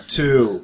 two